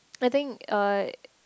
I think uh